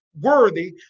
worthy